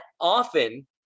often